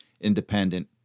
Independent